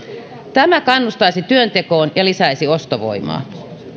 tämä kannustaisi työntekoon ja lisäisi ostovoimaa